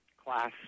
class